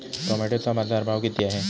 टोमॅटोचा बाजारभाव किती आहे?